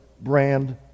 brand